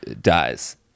dies